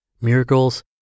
Miracles